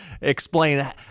explain